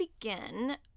begin